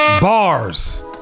Bars